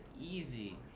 easy